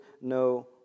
no